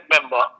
member